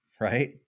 right